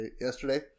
yesterday